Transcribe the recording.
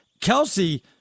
Kelsey